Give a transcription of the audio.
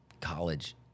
college